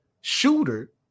shooter